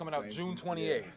coming out in june twenty eighth